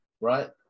Right